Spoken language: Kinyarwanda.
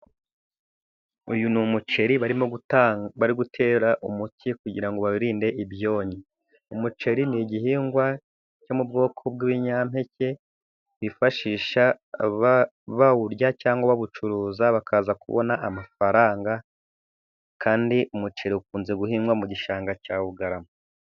Uyu ni umuceri barimo bari gutera umuti kugira ngo baririnde ibyonnyi. Umuceri ni igihingwa cyo mu bwoko bw'ibinyampeke bifashisha bawurya, cyangwa babucuruza bakaza kubona amafaranga, kandi umuceri ukunze guhingwa mu gishanga cya Bugarama.